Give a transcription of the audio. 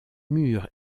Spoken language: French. murs